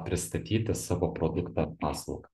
pristatyti savo produktą ar paslaugą